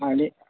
आणि